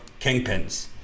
kingpins